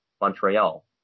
Montreal